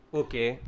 okay